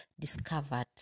discovered